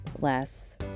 less